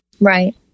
Right